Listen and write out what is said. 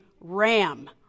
Ram